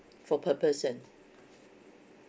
for per person